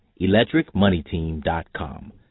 electricmoneyteam.com